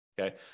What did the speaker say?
okay